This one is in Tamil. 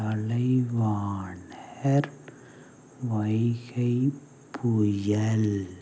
கலைவாணர் வைகைப்புயல்